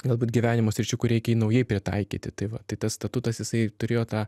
galbūt gyvenimo sričių kur reikia jį naujai pritaikyti tai va tai tas statutas jisai turėjo tą